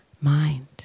mind